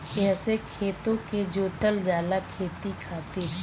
एहसे खेतो के जोतल जाला खेती खातिर